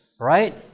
right